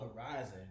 horizon